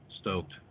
stoked